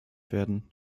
werden